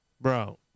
bro